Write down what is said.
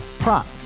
Prop